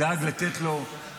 הוא דאג לתת לו חום,